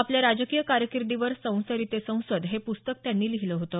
आपल्या राजकीय कारकीर्दीवर संसरी ते संसद हे पुस्तक त्यांनी लिहीलं होतं